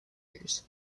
years